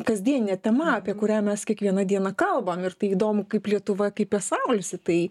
kasdienė tema apie kurią mes kiekvieną dieną kalbam ir tai įdomu kaip lietuva kaip pasaulis į tai